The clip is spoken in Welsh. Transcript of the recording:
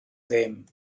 ddim